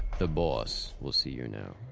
the boss will see you now